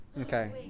Okay